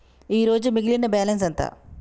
ఈరోజు మిగిలిన బ్యాలెన్స్ ఎంత?